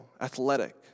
athletic